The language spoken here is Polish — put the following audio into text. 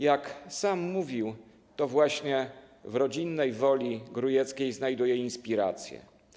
Jak sam mówił, to właśnie w rodzinnej Woli Grójeckiej znajdował inspiracje.